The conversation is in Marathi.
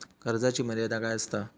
कर्जाची मर्यादा काय असता?